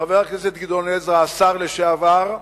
חבר הכנסת גדעון עזרא, השר לשעבר,